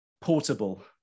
portable